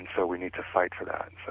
and so, we need to fight for that so.